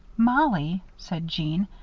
mollie, said jeanne,